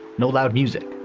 no loud music,